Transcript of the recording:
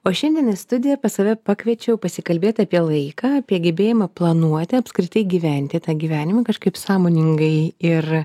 o šiandien į studiją pas save pakviečiau pasikalbėt apie laiką apie gebėjimą planuoti apskritai gyventi tą gyvenimą kažkaip sąmoningai ir